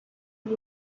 who